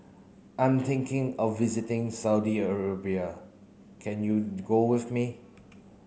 I am thinking of visiting Saudi Arabia can you go with me